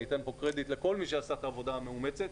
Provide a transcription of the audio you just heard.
ואני אתן כאן קרדיט לכל מי שעשה את העבודה המאומצת,